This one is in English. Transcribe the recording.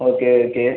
okay okay